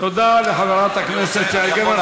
תודה לחברת הכנסת יעל גרמן.